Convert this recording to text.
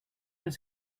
does